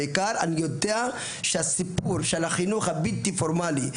אני יודע שהסיפור של החינוך הבלתי פורמלי,